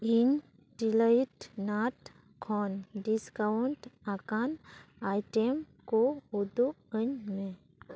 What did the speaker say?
ᱤᱧ Delight Nuts ᱠᱷᱚᱱ discount ᱟᱠᱟᱱ ᱟᱭᱴᱮᱢ ᱠᱚ ᱩᱫᱩᱜ ᱟᱹᱧᱢᱮ